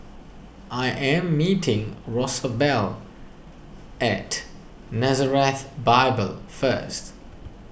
I am meeting Rosabelle at Nazareth Bible first